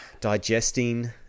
digesting